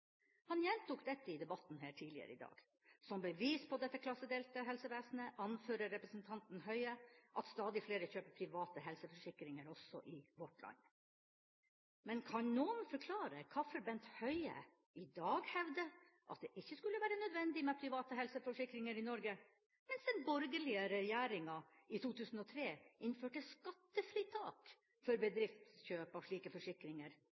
Han gjentok dette i debatten her tidligere i dag. Som bevis på dette klassedelte helsevesenet anfører representanten Høie at stadig flere kjøper private helseforsikringer, også i vårt land. Men kan noen forklare hvorfor Bent Høie i dag hevder at det ikke skulle være nødvendig med private helseforsikringer i Norge, mens den borgerlige regjeringa i 2003 innførte skattefritak for bedriftskjøp av slike forsikringer,